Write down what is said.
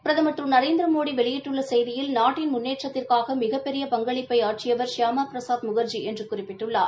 பிரதம் திரு நரேந்திரமோடி வெளியிட்டுள்ள செய்தியில் நாட்டின் முன்னேற்றத்திற்காக மிகப்பெரிய பங்களிப்பை ஆற்றியவர் ஷியாம பிரசாத் முகர்ஜி என்று குறிப்பிட்டுள்ளார்